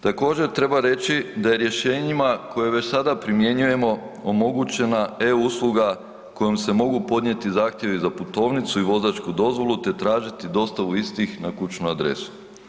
Također treba reći da je rješenjima koje već sada primjenjujemo omogućena e-usluga kojom se mogu podnijeti zahtjevi za putovnicu i vozačku dozvolu te tražiti dostavu istih na kućnu adresu.